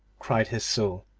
cried his soul,